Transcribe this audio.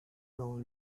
dans